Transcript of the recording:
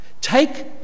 Take